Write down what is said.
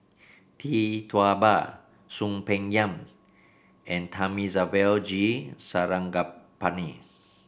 Tee Tua Ba Soon Peng Yam and Thamizhavel G Sarangapani